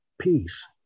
peace